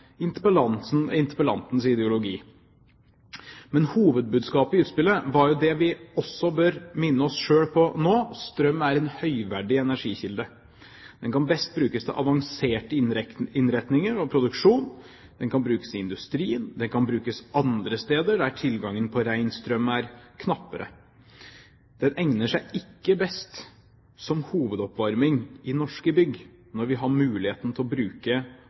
med interpellantens ideologi. Men hovedbudskapet i utspillet er det vi bør minne oss selv om nå: Strøm er en høyverdig energikilde. Den kan best brukes til avanserte innretninger og produksjon, den kan brukes i industrien, den kan brukes andre steder der tilgangen på rein strøm er mer knapp. Den egner seg ikke best som hovedoppvarming i norske bygg, når vi har muligheten til å bruke